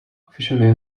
officially